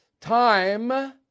Time